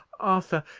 arthur,